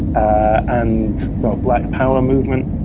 and the black power movement.